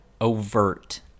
overt